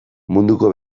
munduko